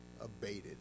abated